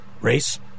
Race